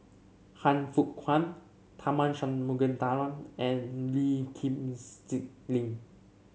Han Fook Kwang Tharman Shanmugaratnam and Lee Kip Lin